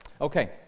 okay